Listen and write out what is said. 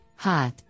HOT